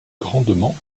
grandement